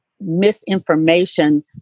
misinformation